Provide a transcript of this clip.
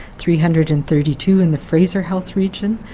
three hundred and thirty two in the fraser health region,